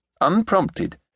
Unprompted